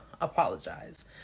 apologize